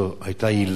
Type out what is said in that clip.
זאת היתה עילה